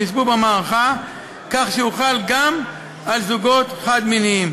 שנספו במערכה כך שהוא חל גם על זוגות חד-מיניים.